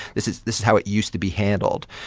this is this is how it used to be handled.